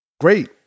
Great